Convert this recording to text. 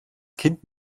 kind